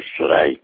today